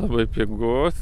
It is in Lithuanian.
labai pigu